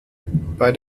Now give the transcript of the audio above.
bei